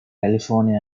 california